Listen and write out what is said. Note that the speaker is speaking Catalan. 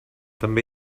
també